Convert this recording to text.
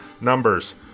numbers